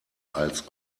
als